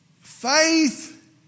Faith